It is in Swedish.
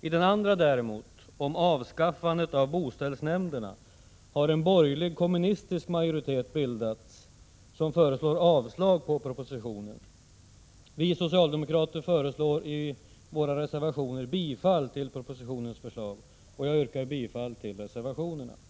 I den andra däremot — om avskaffandet av boställsnämnderna — har en borgerlig-kommunistisk majoritet bildats, som föreslår avslag på propositionen. Vi socialdemokrater föreslår i våra reservationer bifall till propositionens förslag, och jag yrkar bifall till reservationerna.